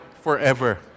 forever